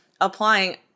applying